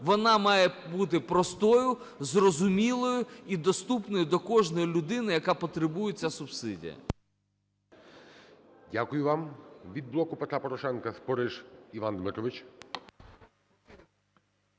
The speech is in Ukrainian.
вона має бути простою, зрозумілою і доступною для кожної людини, яка потребує цю субсидію. ГОЛОВУЮЧИЙ. Дякую вам. Від "Блоку Петра Порошенка" Спориш Іван Дмитрович.